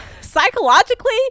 psychologically